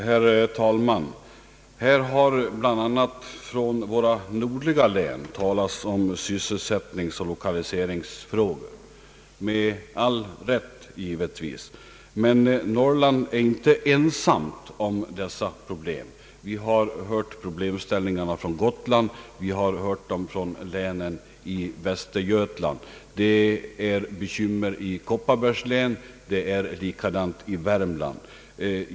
Herr talman! Här har bl.a. av representanter för våra nordligaste län talats om sysselsättningsoch lokaliseringsfrågor — med all rätt givetvis. Men Norrland är inte ensamt om dessa problem. Vi har hört problemställningarna från Gotland och från länen i Västergötland. Det är bekymmer i Kopparbergs län, och det är likadant i Värmland.